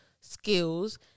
skills